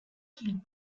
qu’ils